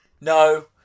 No